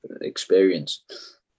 experience